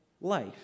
life